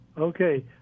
Okay